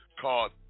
called